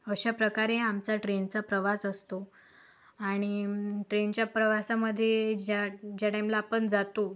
अशाप्रकारे आमचा ट्रेनचा प्रवास असतो आणि ट्रेनच्या प्रवासामध्ये ज्या ज्या टाईमला आपण जातो